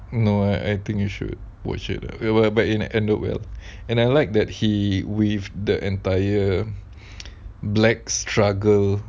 no ah I think you should watch it err way back it ended well and I liked that he with the entire black struggle